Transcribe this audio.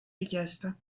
richiesta